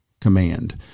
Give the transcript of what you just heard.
command